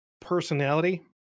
personality